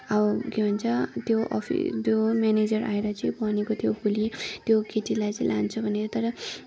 अब के भन्छ त्यो अफि त्यो म्यानेजर आएर चाहिँ भनेको थियो भोलि त्यो केटीलाई चाहिँ लान्छ भनेर तर